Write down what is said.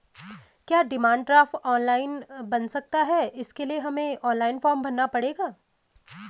क्या demand draft online बन सकता है इसके लिए हमें ऑनलाइन फॉर्म भरना पड़ेगा?